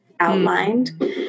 outlined